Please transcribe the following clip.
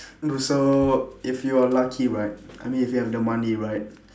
also if you are lucky right I mean if you have the money right